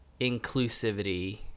inclusivity